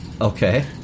okay